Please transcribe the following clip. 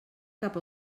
cap